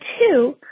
two